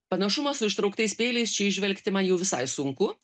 panašumą su ištrauktais peiliais čia įžvelgti man jau visai sunku